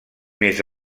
més